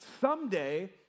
someday